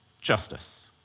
justice